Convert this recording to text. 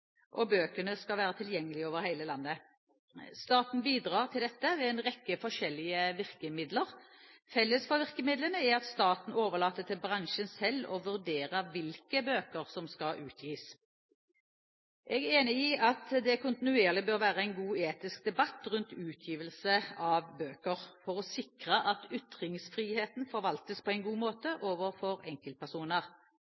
og bøkene skal være tilgjengelig over hele landet. Staten bidrar til dette med en rekke forskjellige virkemidler. Felles for virkemidlene er at staten overlater til bransjen selv å vurdere hvilke bøker som skal utgis. Jeg er enig i at det kontinuerlig bør være en god etisk debatt rundt utgivelse av bøker for å sikre at ytringsfriheten forvaltes på en god måte